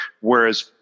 whereas